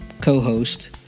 Co-host